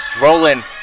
Roland